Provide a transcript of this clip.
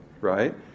right